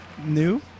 new